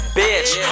bitch